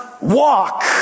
Walk